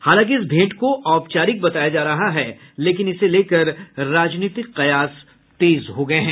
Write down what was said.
हालांकि इस भेंट को औपचारिक बताया जा रहा है लेकिन इसे लेकर राजनीतिक कयास तेज हो गये हैं